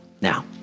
Now